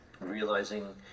realizing